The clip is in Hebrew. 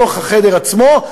בתוך החדר עצמו,